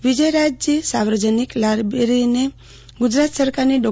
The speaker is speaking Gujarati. વિજયરાજજી સાર્વજનિક લાઇબ્રેરીને ગુજરાત સરકારની ડો